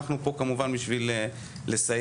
אנחנו פה כמובן בשביל לסייע.